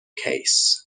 case